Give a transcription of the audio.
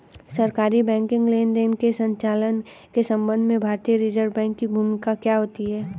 सरकारी बैंकिंग लेनदेनों के संचालन के संबंध में भारतीय रिज़र्व बैंक की भूमिका क्या होती है?